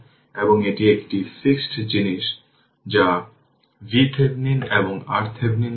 সুতরাং সেক্ষেত্রে সর্বাধিক পাওয়ার ট্রান্সফারের জন্য কী হবে জানুন pLmax VThevenin2 বাই 4 RThevenin